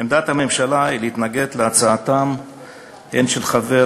עמדת הממשלה היא להתנגד להצעתם הן של חבר